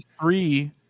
three